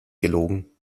gelogen